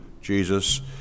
Jesus